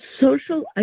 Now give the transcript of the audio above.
social